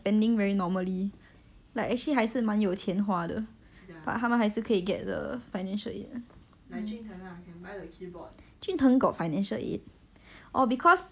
jun tng got financial aid orh because 他家里很多孩子 so 他 split by 人头 right sia but I think his parents earn quite a lot [one] right